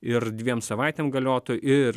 ir dviem savaitėm galiotų ir